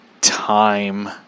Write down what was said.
time